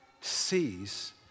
sees